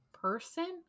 person